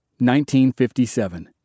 1957